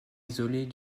isolée